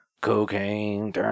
Cocaine